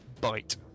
bite